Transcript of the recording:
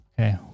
okay